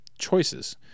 choices